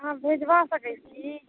अहाँ भेजबा सकैत छी